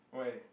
why